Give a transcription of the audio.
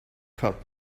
cub